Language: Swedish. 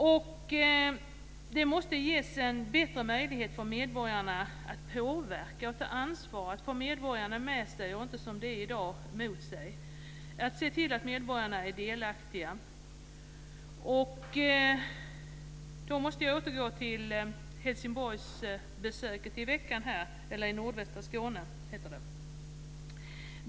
Medborgarna måste få bättre möjligheter att påverka och få ansvar. Man måste få medborgarna med sig och inte mot sig, som i dag, och se till att medborgarna är delaktiga. Jag måste återgå till besöket i nordvästra Skåne i veckan.